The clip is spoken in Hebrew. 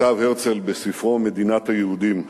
כתב הרצל בספרו "מדינת היהודים":